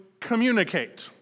communicate